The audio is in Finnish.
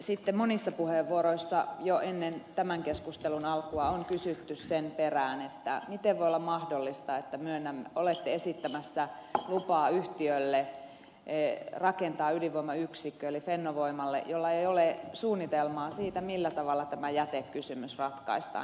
sitten monissa puheenvuoroissa jo ennen tämän keskustelun alkua on kysytty sen perään miten voi olla mahdollista että olette esittämässä lupaa yhtiölle rakentaa ydinvoimayksikkö eli fennovoimalle jolla ei ole suunnitelmaa siitä millä tavalla tämä jätekysymys ratkaistaan